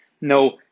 No